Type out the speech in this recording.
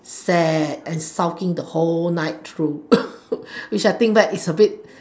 sad and sulking the whole night through which I think back is a bit